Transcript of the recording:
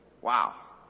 wow